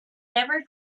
never